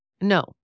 No